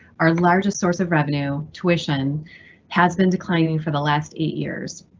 our largest source of revenue, tuition has been declining for the last eight years.